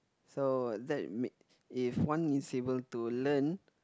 so that make if one is able to learn